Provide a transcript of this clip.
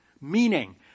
Meaning